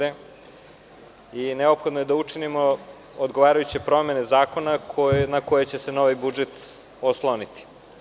Neophodno je da učinimo odgovarajuće promene zakona na koje će se novi budžet osloniti.